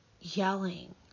yelling